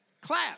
Clap